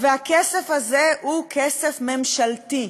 והכסף הזה הוא כסף ממשלתי.